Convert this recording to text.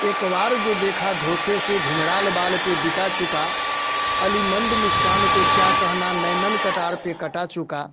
एक बार जो देखा धोखे से घुंघराल बाल पर दिखा चुका अली मंद मुस्कान को क्या कहना नैनन कटार पर कटा चुका